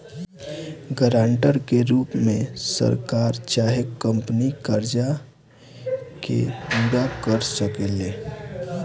guarantor के रूप में सरकार चाहे कंपनी कर्जा के पूरा कर सकेले